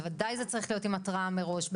בוודאי זה צריך להיות עם התראה מראש.